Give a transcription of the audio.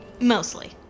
Mostly